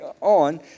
on